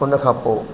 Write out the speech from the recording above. उन खां पोइ